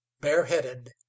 bareheaded